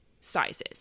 sizes